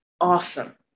Awesome